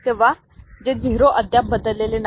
जेव्हा हे 0 अद्याप बदललेले नाही